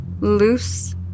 loose